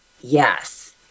Yes